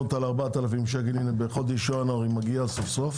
אותה ל-4,000 שקלים הנה בחודש ינואר היא מגיעה סוף סוף